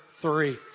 three